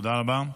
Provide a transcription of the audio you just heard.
תודה רבה.